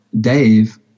Dave